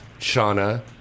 Shauna